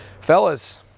Fellas